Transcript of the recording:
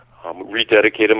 rededicated